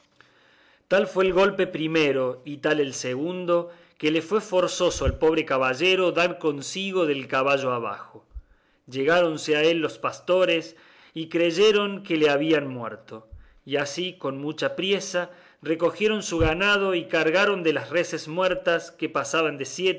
tal fue el golpe primero y tal el segundo que le fue forzoso al pobre caballero dar consigo del caballo abajo llegáronse a él los pastores y creyeron que le habían muerto y así con mucha priesa recogieron su ganado y cargaron de las reses muertas que pasaban de